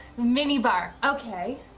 mini bar, okay.